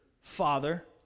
father